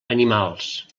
animals